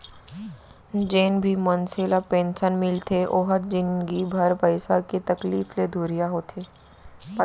जेन भी मनसे ल पेंसन मिलथे ओ ह जिनगी भर पइसा के तकलीफ ले दुरिहा होथे